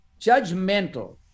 judgmental